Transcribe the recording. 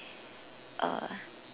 uh